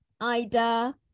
ida